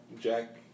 jack